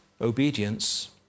obedience